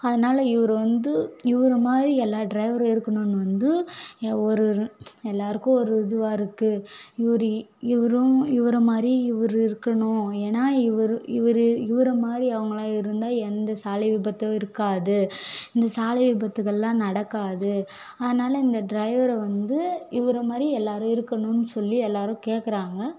அதனால் இவர் வந்து இவரை மாதிரி எல்லா ட்ரைவரும் இருக்கணும்னு வந்து எ ஒரு எல்லோருக்கும் ஒரு இதுவாக இருக்குது இவர் இவரும் இவரை மாதிரி இவர் இருக்கணும் ஏன்னா இவர் இவர் இவரை மாதிரி அவங்களாம் இருந்தால் எந்த சாலை விபத்தும் இருக்காது இந்த சாலை விபத்துகள்லாம் நடக்காது அதனால் இந்த ட்ரைவரை வந்து இவரை மாதிரி எல்லோரும் இருக்கணும்னு சொல்லி எல்லோரும் கேட்குறாங்க